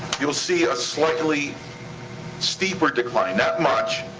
you'll see a slightly steeper decline. not much,